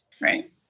Right